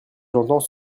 j’entends